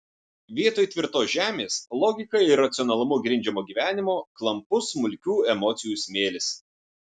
vietoj tvirtos žemės logika ir racionalumu grindžiamo gyvenimo klampus smulkių emocijų smėlis